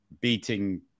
beating